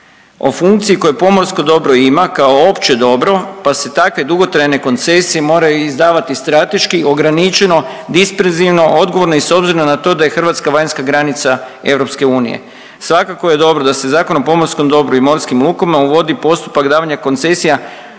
o funkciji koju pomorsko dobro ima kao opće dobro pa se takve dugotrajne koncesije moraju i izdavati strateški, ograničeno, disperzivno, odgovorno i s obzirom na to da je Hrvatska vanjska granica EU. Svakako je dobro da se Zakonom o pomorskom dobru i morskim lukama uvodi postupak davanja koncesija,